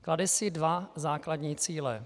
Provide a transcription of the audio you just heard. Klade si dva základní cíle.